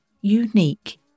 unique